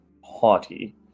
haughty